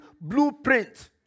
blueprint